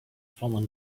fallen